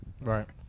Right